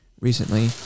recently